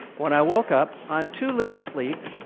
when i woke up on too little sleep,